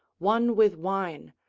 one with wine,